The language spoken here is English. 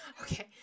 Okay